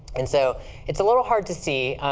and so it's a little hard to see,